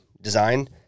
design